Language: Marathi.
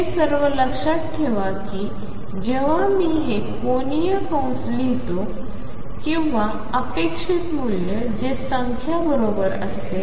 हे सर्व लक्षात ठेवा की जेव्हा मी हे कोनीय कंस लिहितो किंवा अपेक्षित मूल्य जे संख्या बरोबर असते